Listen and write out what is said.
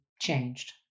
changed